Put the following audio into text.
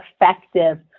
effective